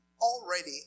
already